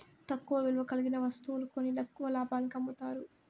తక్కువ విలువ కలిగిన వత్తువులు కొని ఎక్కువ లాభానికి అమ్ముతారు